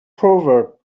proverb